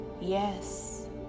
yes